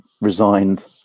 resigned